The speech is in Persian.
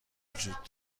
وجود